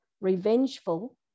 revengeful